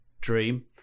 dream